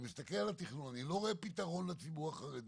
אני מסתכל על התכנון ואני לא רואה פתרון לציבור החרדי.